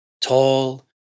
Tall